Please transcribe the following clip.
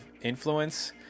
influence